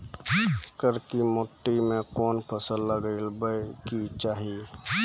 करकी माटी मे कोन फ़सल लगाबै के चाही?